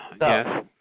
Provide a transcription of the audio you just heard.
Yes